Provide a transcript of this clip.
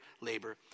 labor